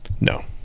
No